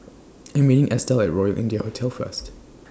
I'm meeting Estell At Royal India Hotel First